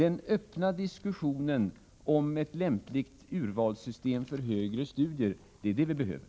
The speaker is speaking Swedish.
En öppen diskussion om ett lämpligt urvalssystem för högre studier är vad vi behöver.